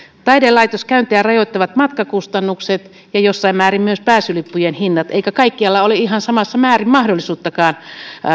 taidelaitoskäyntejä rajoittavat matkakustannukset ja jossain määrin myös pääsylippujen hinnat eikä kaikkialla ole ihan samassa määrin mahdollisuuttakaan